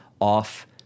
off